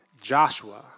Joshua